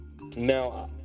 Now